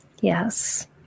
Yes